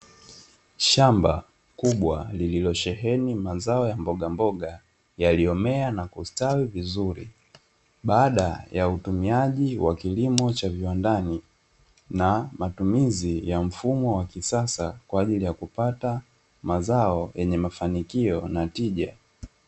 Shamba kubwa lililosheheni mazao ya mbogamboga, yaliomea na kustawi vizuri, baada ya utumiaji wa kilimo cha viwandani na matumizi ya mfumo wa kisasa kwa ajili ya kupata mazao yenye mafanikio na tija.